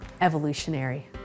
evolutionary